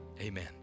amen